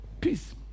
Peace